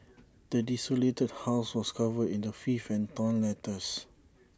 the desolated house was covered in the filth and torn letters